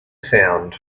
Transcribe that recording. sound